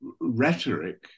rhetoric